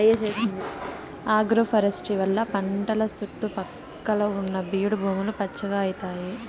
agroforestry వల్ల పంటల సుట్టు పక్కల ఉన్న బీడు భూములు పచ్చగా అయితాయి